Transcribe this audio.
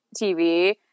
TV